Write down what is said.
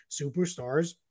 Superstars